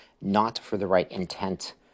not-for-the-right-intent